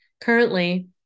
Currently